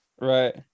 Right